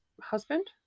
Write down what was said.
husband